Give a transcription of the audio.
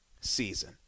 season